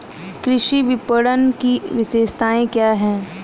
कृषि विपणन की विशेषताएं क्या हैं?